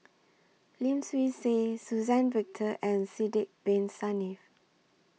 Lim Swee Say Suzann Victor and Sidek Bin Saniff